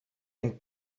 een